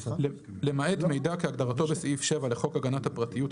למעט מידע כהגדרתו בסעיף 7 לחוק הגנת הפרטיות,